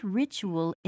ritual